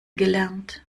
gelernt